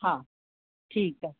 हा ठीकु आहे